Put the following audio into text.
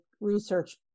research